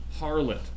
harlot